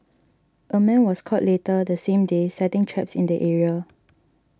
a man was caught later the same day setting traps in the area